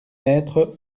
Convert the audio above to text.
être